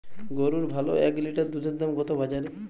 গরুর ভালো এক লিটার দুধের দাম কত বাজারে?